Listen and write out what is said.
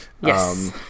Yes